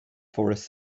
forest